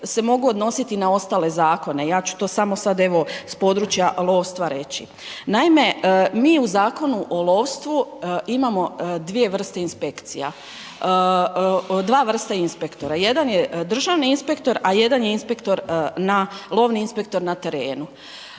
se mogu odnositi na ostale zakone, ja ću to samo sad evo s područja lovstva reći. Naime, mi u Zakonu o lovstvu imamo dvije vrste inspekcija. Dvije vrste inspektora, jedan je državni inspektor a jedan je lovni inspektor na terenu.